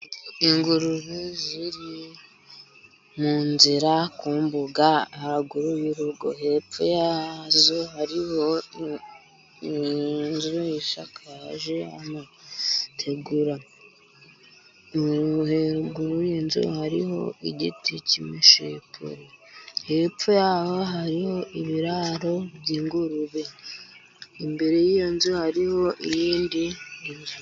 Ingurube ziri mu nzira, ku mbuga haruguru y' urugo; hepfo yazo hariho inzu isakaje itegura, kuri iyo nzu hariho igiti cy' imishipuri, hepfo yaho hariho ibiraro by' ingurube, imbere y' iyo nzu hariho ibindi.